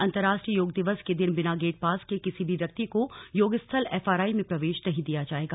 अंतर्राष्ट्रीय योग दिवस के दिन बिना गेट पास के किसी भी व्यक्ति को योगस्थल थ्ण्त्ण्प में प्रवेश नहीं दिया जाएगा